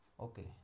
Okay